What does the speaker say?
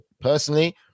Personally